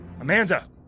Amanda